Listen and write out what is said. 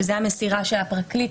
אני בסעיף 50 שהוא הסעיף של הפסיכולוג.